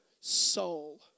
soul